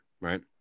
right